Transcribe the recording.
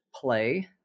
play